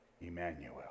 Emmanuel